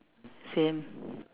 same